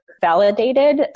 validated